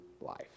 life